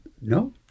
no